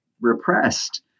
repressed